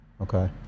Okay